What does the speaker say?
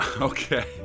Okay